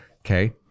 Okay